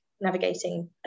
navigating